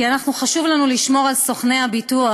כי אנחנו, חשוב לנו לשמור על סוכני הביטוח,